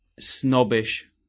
snobbish